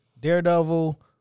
Daredevil